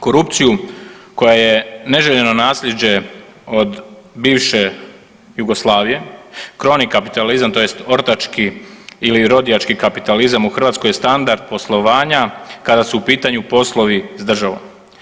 Korupcija koja je neželjeno naslijeđe od bivše Jugoslavije, kronikapitalizam, tj. ortački ili rodijački kapitalizam u Hrvatskoj je standard poslovanja kada su u pitanju poslovi s državom.